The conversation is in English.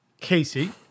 Casey